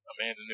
Amanda